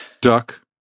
Duck